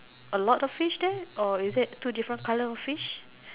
a lot of fish there or is it two different colour of fish